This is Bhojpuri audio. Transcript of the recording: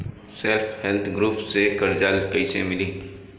सेल्फ हेल्प ग्रुप से कर्जा कईसे मिली?